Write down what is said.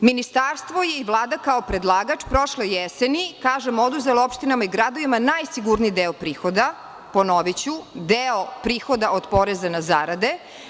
Ministarstvo i Vlada kao predlagač, prošle jeseni, kažem, oduzela opštinama i gradovima najsigurniji deo prihoda, ponoviću, deo prihoda od poreza na zarade.